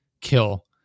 kill